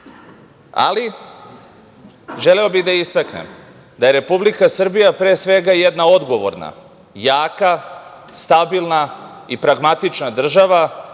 ali želeo bih da istaknem da je Republika Srbija, pre svega jedan odgovorna, jaka , stabilna, i pragmatična država